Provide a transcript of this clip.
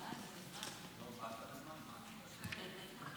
כבוד היושב-ראש, כנסת נכבדה,